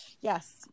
yes